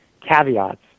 caveats